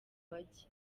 bajya